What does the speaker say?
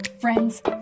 friends